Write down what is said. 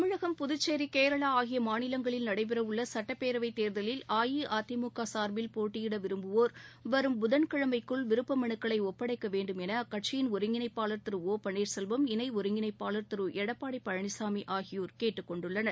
தமிழகம் புதுச்சேரி கேரளா ஆகிய மாநிலங்களில் நடைபெற உள்ள சட்டப்பேரவை தேர்தலில் அஇஅதிமுக சார்பில் போட்டியிட விரும்புவோர் வரும் புதன்கிழமைக்குள் விருப்ப மனுக்களை ஒப்படைக்க வேண்டும் என அக்கட்சியின் ஒருங்கிணைப்பாளர் திரு ஒ பன்ளீர்செல்வம் இணை ஒருங்கிணைப்பாளர் திரு எடப்பாடி பழனிசாமி ஆகியோர் கேட்டுக்கொண்டுள்ளனர்